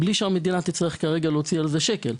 בלי שהמדינה תצטרך כרגע להוציא על זה שקל.